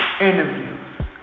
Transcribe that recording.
interviews